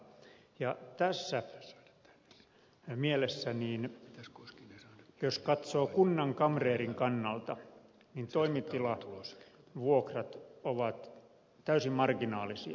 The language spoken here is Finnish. jos tässä mielessä katsoo kunnankamreerin kannalta toimitilavuokrat ovat täysin marginaalisia